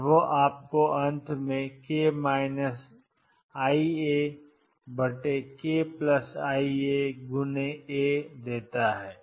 और वह आपको k iαkiα A देता है